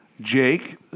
Jake